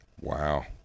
Wow